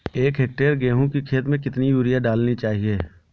एक हेक्टेयर गेहूँ की खेत में कितनी यूरिया डालनी चाहिए?